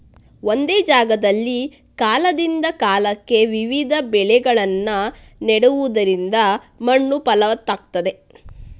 ಒಂದೇ ಜಾಗದಲ್ಲಿ ಕಾಲದಿಂದ ಕಾಲಕ್ಕೆ ವಿವಿಧ ಬೆಳೆಗಳನ್ನ ನೆಡುದರಿಂದ ಮಣ್ಣು ಫಲವತ್ತಾಗ್ತದೆ